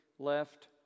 left